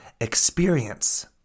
experience